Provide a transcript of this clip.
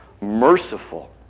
merciful